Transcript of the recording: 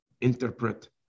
interpret